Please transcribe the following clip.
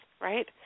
right